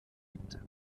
lebte